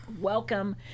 Welcome